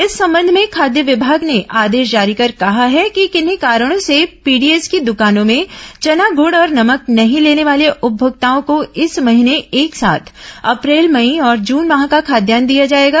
इस संबंध में खाद्य विभाग ने आदेश जारी कर कहा है कि किन्हीं कारणों से पीडीएस की दुकानों से चना गुड़ और नमक नहीं लेने वाले उपभोक्ताओं को इस महीने एक साथ अप्रैल मई और जून माह का खाद्यान्न दिया जाएगा